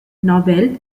nobel